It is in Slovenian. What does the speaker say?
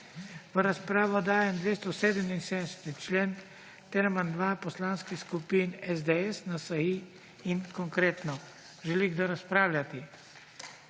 V razpravo dajem 277. člen ter amandma poslanskih skupin SDS, NSi in Konkretno. Želi kdo razpravljati?